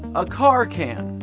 a car can.